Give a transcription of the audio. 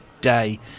day